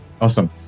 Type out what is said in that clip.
awesome